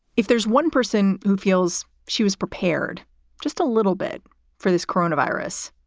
if there's one person who feels she was prepared just a little bit for this coronavirus,